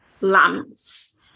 lamps